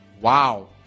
wow